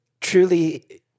truly